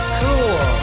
cool